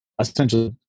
essentially